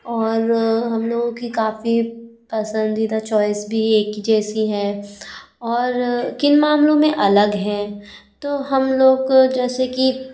और हम लोगों की काफ़ी पसंदीदा चॉइस भी एक ही जैसी है और किन मामलों मे अलग हैं तो हम लोग को जैसे कि